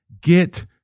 get